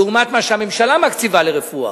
לעומת מה שהממשלה מקציבה לרפואה.